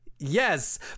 Yes